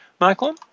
Michael